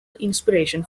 inspiration